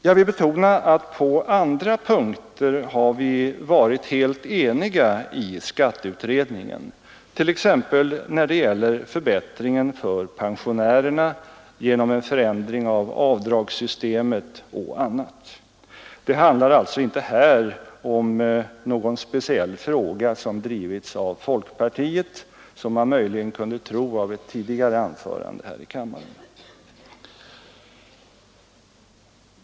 Jag vill betona att på andra punkter har vi varit helt eniga i skatteutredningen — när det gäller förbättringen för pensionärerna genom en förändring av avdragssystemet och annat. Det handlar alltså inte här om någon speciell fråga som drivits av folkpartiet, som man möjligen kunde tro efter ett tidigare anförande här i kammaren.